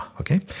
Okay